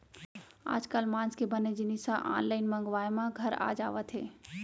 आजकाल मांस के बने जिनिस ह आनलाइन मंगवाए म घर आ जावत हे